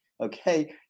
Okay